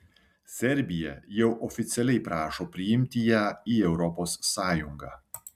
serbija jau oficialiai prašo priimti ją į europos sąjungą